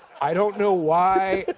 i don't know why,